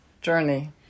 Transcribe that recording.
journey